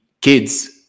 Kids